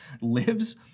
lives